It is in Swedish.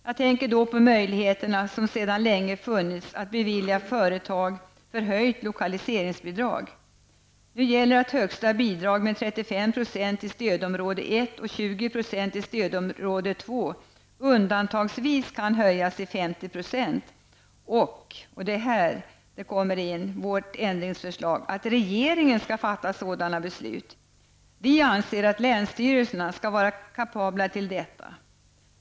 Jag tänker på möjligheterna som sedan länge funnits att bevilja företag förhöjt lokaliseringsbidrag. Nu gäller att högsta bidrag -- 35 % i stödområde 1 och 20 % i stödområde 2 -- undantagsvis kan höjas till 50 % och att regeringen skall fatta sådant beslut. Det är här vårt ändringsförslag kommer in. Vi anser att länsstyrelserna skall vara kapabla till detta.